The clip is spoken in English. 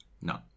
No